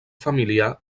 familiar